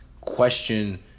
question